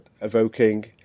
evoking